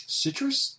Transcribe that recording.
citrus